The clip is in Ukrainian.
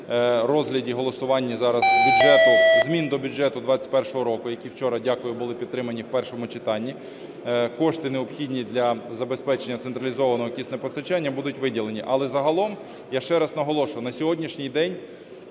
розгляді і голосуванні зараз бюджету, змін до бюджету 21-го року, які вчора, дякую, були підтримані в першому читанні. Кошти, необхідні для забезпечення централізованого кисне постачання, будуть виділені. Але загалом, я ще раз наголошую, на сьогоднішній день